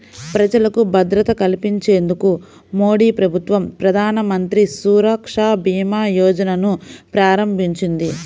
ప్రజలకు భద్రత కల్పించేందుకు మోదీప్రభుత్వం ప్రధానమంత్రి సురక్షభీమాయోజనను ప్రారంభించింది